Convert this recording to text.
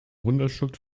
runterschluckt